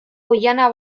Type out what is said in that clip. oihana